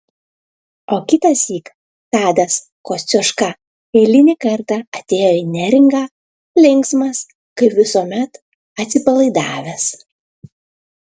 o kitąsyk tadas kosciuška eilinį kartą atėjo į neringą linksmas kaip visuomet atsipalaidavęs